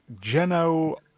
Geno